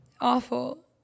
awful